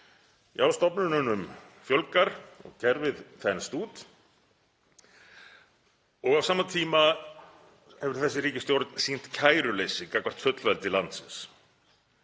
Já, stofnununum fjölgar og kerfið þenst út. Á sama tíma hefur þessi ríkisstjórn sýnt kæruleysi gagnvart fullveldi landsins,